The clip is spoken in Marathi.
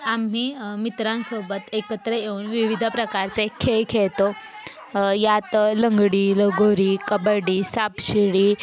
आम्ही मित्रांसोबत एकत्र येऊन विविध प्रकारचे खेळ खेळतो यात लंगडी लगोरी कबड्डी सापशिडी